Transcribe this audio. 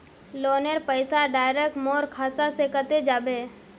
लोनेर पैसा डायरक मोर खाता से कते जाबे?